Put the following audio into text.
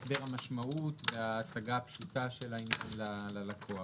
הסבר משמעות וההצגה הפשוטה של העניין ללקוח.